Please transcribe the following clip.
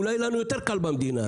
אולי יהיה לנו יותר קל במדינה הזו.